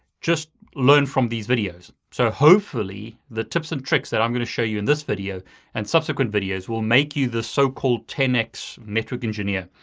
just learn from these videos. so hopefully the tips and tricks that i'm gonna show you in this video and subsequent videos will make you the so called ten-x network engineer.